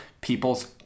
people's